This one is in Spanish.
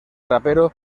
rapero